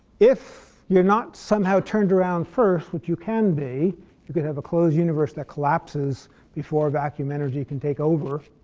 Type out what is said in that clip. if you're not somehow turned around firsts, which you can be you could have a closed universe that collapses before vacuum energy can take over.